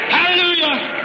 Hallelujah